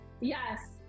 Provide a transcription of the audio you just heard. Yes